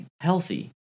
healthy